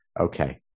Okay